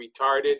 retarded